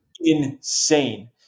Insane